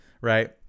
right